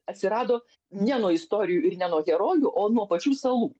atsirado ne nuo istorijų ir ne nuo herojų o nuo pačių salų